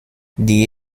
die